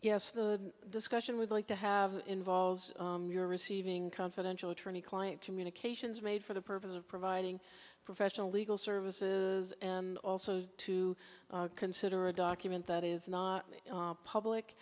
yes the discussion would like to have involves your receiving confidential attorney client communications made for the purpose of providing professional legal services and also to consider a document that is not public